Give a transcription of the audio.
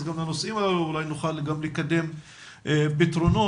לנושאים הללו ואולי נוכל לקדם פתרונות.